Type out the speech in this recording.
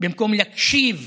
במקום להקשיב